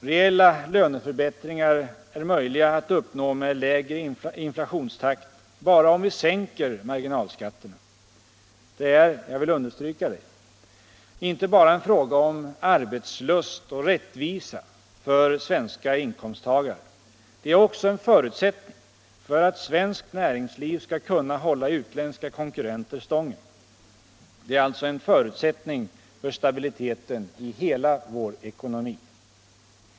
Reella löneförbättringar är möjliga att uppnå med lägre inflationstakt bara om vi sänker marginalskatterna. Det är — jag vill understryka det — inte bara en fråga om arbetslust och rättvisa för svenska inkomsttagare. Det är också en förutsättning för att svenskt näringsliv skall kunna hålla utländska konkurrenter stången. Det är alltså en förutsättning för stabiliteten i hela vår ekonomi.